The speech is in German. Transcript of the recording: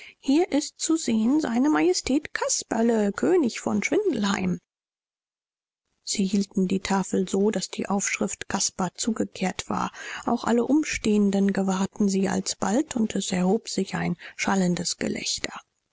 hier ist zu sehen seine majestät casperle könig von schwindelheim sie hielten die tafel so daß die aufschrift caspar zugekehrt war auch alle umstehenden gewahrten sie alsbald und es erhob sich ein schallendes gelächter